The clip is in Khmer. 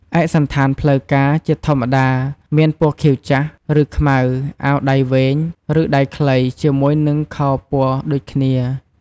ឯកសណ្ឋានផ្លូវការ ជាធម្មតា មានពណ៌ខៀវចាស់ ឬខ្មៅ អាវដៃវែង ឬដៃខ្លី ជាមួយនឹងខោពណ៌ដូចគ្នា។